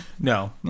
no